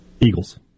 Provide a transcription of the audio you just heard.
Eagles